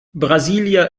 brasília